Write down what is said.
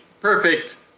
perfect